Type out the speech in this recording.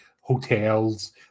hotels